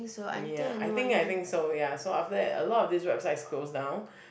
ya I think I think so ya so after that a lot of these websites closed down